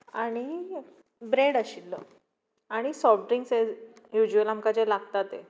आनी ब्रेड आशिल्लो आनी सॉफ्ट ड्रिंक्स एस युज्यूल आमकां जें लागता तें